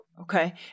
Okay